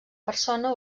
persona